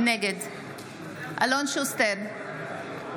נגד אלון שוסטר,